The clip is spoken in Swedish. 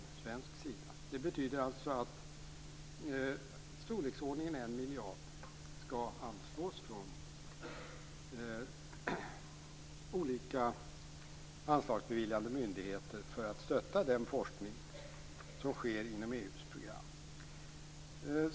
Detta betyder alltså att pengar i storleksordningen 1 miljard kronor skall anslås från olika anslagsbeviljande myndigheter för att stötta den forskning som sker inom EU:s program.